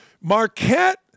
Marquette